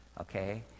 Okay